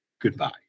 Goodbye